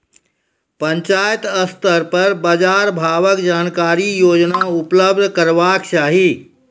पंचायत स्तर पर बाजार भावक जानकारी रोजाना उपलब्ध करैवाक चाही?